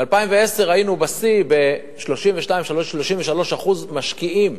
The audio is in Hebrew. ב-2010 ראינו, בשיא, 33% משקיעים.